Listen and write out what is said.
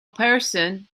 person